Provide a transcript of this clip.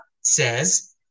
says